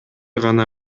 гана